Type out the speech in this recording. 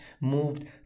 moved